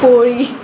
पोळी